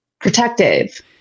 protective